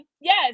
Yes